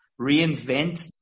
reinvent